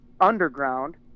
underground